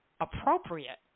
appropriate